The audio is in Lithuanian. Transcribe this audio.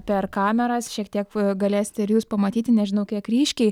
per kameras šiek tiek galėsite ir jūs pamatyti nežinau kiek ryškiai